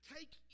Take